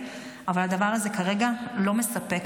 אבל הדבר הזה כרגע לא מספק.